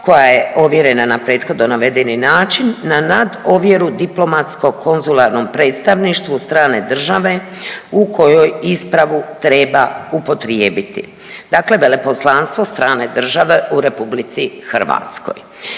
koja je ovjerena na prethodno navedeni način na nadovjeru diplomatskom konzularnom predstavništvu strane države u kojoj ispravu treba upotrijebiti, dakle veleposlanstvo strane države u RH.